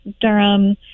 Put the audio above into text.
Durham